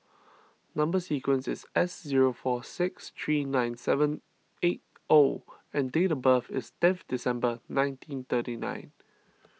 Number Sequence is S zero four six three nine seven eight O and date of birth is tenth December nineteen thirty nine